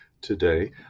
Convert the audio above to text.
today